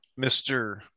mr